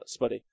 Spuddy